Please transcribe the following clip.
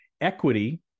equity